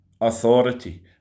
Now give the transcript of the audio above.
authority